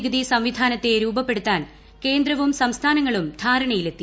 നികുതി സംവിധാനത്തെ രൂപീപ്പെട്ടുത്താൻ കേന്ദ്രവും സംസ്ഥാനങ്ങളും ധാരണ്യിലെത്തി